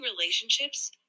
relationships